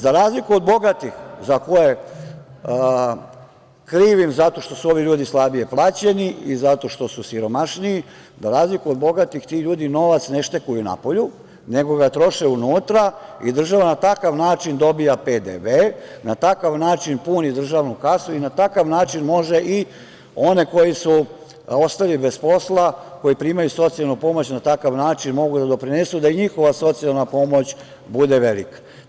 Za razliku od bogatih, koje krivim zato što su ovi ljudi slabije plaćeni i zato što su siromašniji, ti ljudi novac ne štekuju napolju nego ga troše unutra i država na takav način dobija PDV, na takav način puni državnu kasu i na takav način može i one koji su ostali bez posla, koji primaju socijalnu pomoć, na takav način mogu da doprinesu da i njihova socijalna pomoć bude velika.